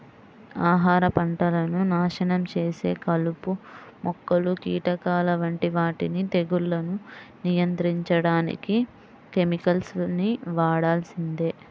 ఆహార పంటలను నాశనం చేసే కలుపు మొక్కలు, కీటకాల వంటి వాటిని తెగుళ్లను నియంత్రించడానికి కెమికల్స్ ని వాడాల్సిందే